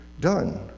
done